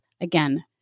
Again